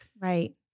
Right